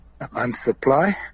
unsupply